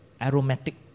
aromatic